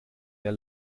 der